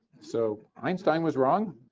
so einstein was wrong.